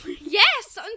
Yes